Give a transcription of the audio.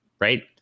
Right